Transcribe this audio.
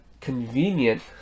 convenient